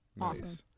Awesome